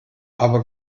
aber